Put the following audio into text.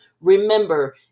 remember